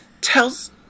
tells